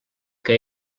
que